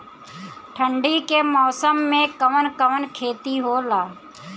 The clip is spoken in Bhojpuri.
ठंडी के मौसम में कवन कवन खेती होला?